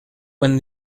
when